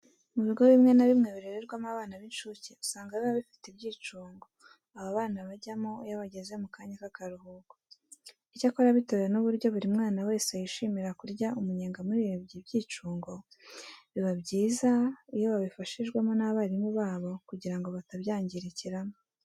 Mu bigo bimwe na bimwe birererwamo abana b'incuke usanga biba bifite ibyicungo aba bana bajyamo iyo bageze mu kanya k'akaruhuko. Icyakora bitewe n'uburyo buri mwana wese yishimira kurya umunyenga muri ibi byicungo, biba byiza iyo babifashijwemo n'abarimu babo kugira ngo batabyangirikiramo.